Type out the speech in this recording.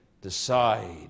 decide